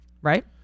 Right